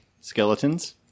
skeletons